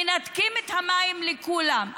מנתקים את המים לכולם.